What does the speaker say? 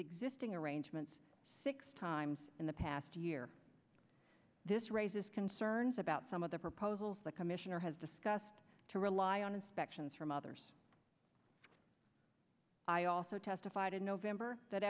existing arrangements six times in the past year this raises concerns about some of the proposals the commissioner has discussed to rely on inspections from others i also testified in november that